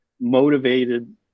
motivated